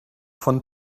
von